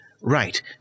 right